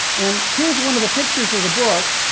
and here's one of the pictures of the book.